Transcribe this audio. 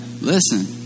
listen